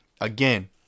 again